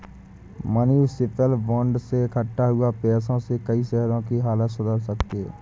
municipal bond से इक्कठा हुए पैसों से कई शहरों की हालत सुधर सकती है